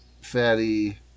fatty